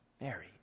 Mary